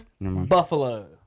Buffalo